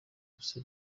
gusa